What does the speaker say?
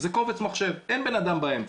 בקובץ מחשב, אין בן אדם באמצע,